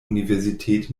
universität